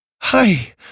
Hi